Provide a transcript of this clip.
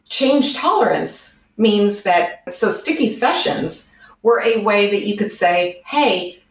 change tolerance means that so sticky sessions where a way that you could say, hey,